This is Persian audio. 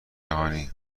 جهانی